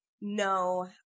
No